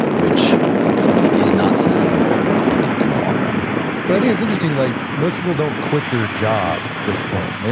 which is not sustainable i think in the long run but i think it's interesting. like most people don't quit their job at this point. like